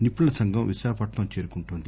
నిపుణుల సంఘం విశాఖపట్నం చేరుకుటోంది